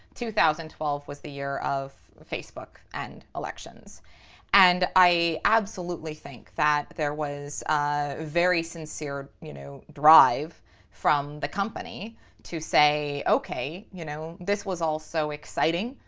two thousand and twelve was the year of facebook and elections and i absolutely think that there was ah very sincere you know drive from the company to say ok, you know, this was all so exciting.